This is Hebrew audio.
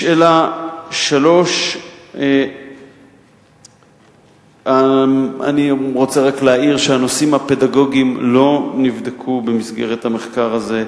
3. אני רוצה רק להעיר שהנושאים הפדגוגיים לא נבדקו במסגרת המחקר הזה,